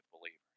believers